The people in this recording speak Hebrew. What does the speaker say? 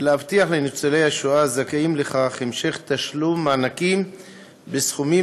ולהבטיח לניצולי השואה הזכאים לכך המשך תשלום מענקים בסכומים